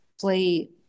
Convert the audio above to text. play